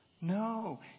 no